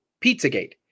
Pizzagate